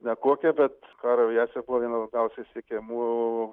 nekokia bet karo aviacija buvo viena labiausiai siekiamų